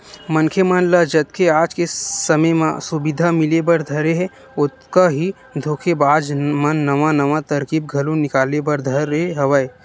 मनखे मन ल जतके आज के समे म सुबिधा मिले बर धरे हे ओतका ही धोखेबाज मन नवा नवा तरकीब घलो निकाले बर धरे हवय